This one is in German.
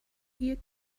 ihr